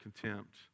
contempt